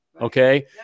Okay